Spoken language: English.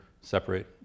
separate